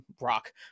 rock